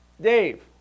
Dave